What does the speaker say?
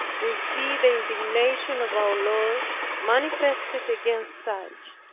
we see the indignation of our lord manifested against such.